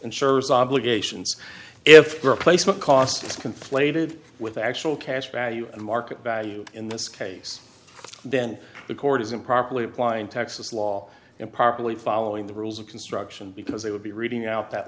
insurers obligations if the replacement cost is conflated with the actual cash value and market value in this case then the court is improperly applying texas law and properly following the rules of construction because they would be reading out that